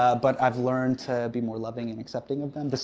ah but i've learned to be more loving and accepting of them.